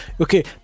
okay